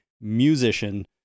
musician